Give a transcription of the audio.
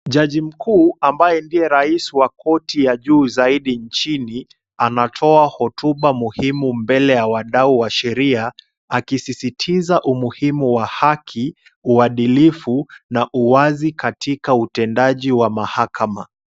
Judge mkuu ambaye ndiye rais wa korti ya juu zaidi nchi, anatoa hotuba muhimu mbele ya wadau wa sheria, akisisitiza umuhimu wa haki, uadilifu na uwazi katika utendaji wa mahakama.